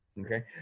okay